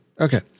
Okay